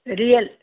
real